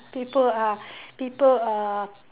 people are people are